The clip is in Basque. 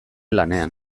lanean